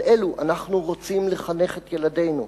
על אלו אנחנו רוצים לחנך את ילדינו.